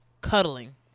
cuddling